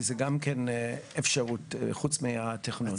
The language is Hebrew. זאת גם כן אפשרות חוץ מהתכנון.